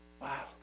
Wow